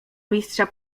mistrza